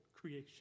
creation